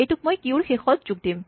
এইটোক মই কিউৰ শেষত যোগ দি দিম